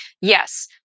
yes